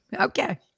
Okay